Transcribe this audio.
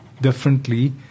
differently